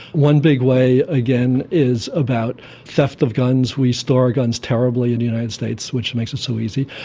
one big way, again, is about theft of guns. we store our guns terribly in the united states, which makes it so easy.